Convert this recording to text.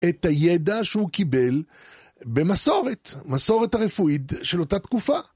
את הידע שהוא קיבל במסורת, מסורת הרפואית של אותה תקופה.